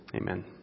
Amen